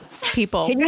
people